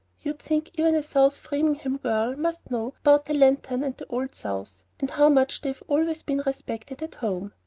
you'd think even a south framingham girl must know about the lantern and the old south, and how much they've always been respected at home.